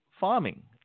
farming